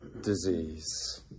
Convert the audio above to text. disease